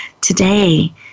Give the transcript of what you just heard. today